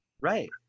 Right